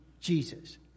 Jesus